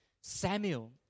Samuel